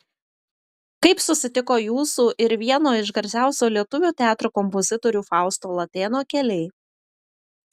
kaip susitiko jūsų ir vieno iš garsiausių lietuvių teatro kompozitorių fausto latėno keliai